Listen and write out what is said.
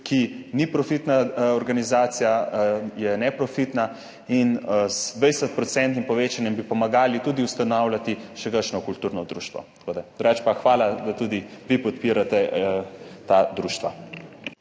ki ni profitna organizacija, je neprofitna. Z 20-procentnim povečanjem bi pomagali tudi ustanavljati še kakšno kulturno društvo. Drugače pa hvala, da tudi vi podpirate ta društva.